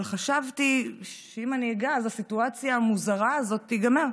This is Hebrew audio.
אבל חשבתי שאם אני אגע אז הסיטואציה המוזרה הזאת תיגמר.